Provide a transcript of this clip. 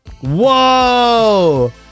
Whoa